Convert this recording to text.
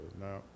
Now